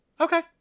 Okay